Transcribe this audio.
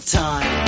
time